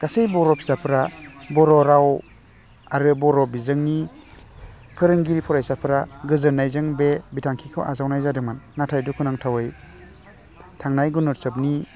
गासै बर' फिसाफ्रा बर' राव आरो बर' बिजोंनि फोरोंगिरि फरायसाफ्रा गोजोन्नायजों बे बिथांखिखौ आजावनाय जादोंमोन नाथाय दुखुनांथावै थांनाय गुनउत्सबनि